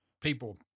people